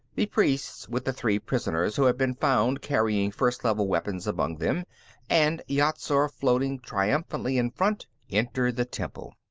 the priests, with the three prisoners who had been found carrying first level weapons among them and yat-zar floating triumphantly in front, entered the temple.